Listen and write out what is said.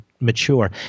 mature